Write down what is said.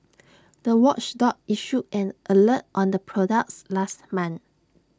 the watchdog issued an alert on the products last month